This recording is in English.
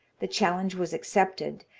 the challenge was accepted,